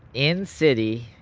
in city,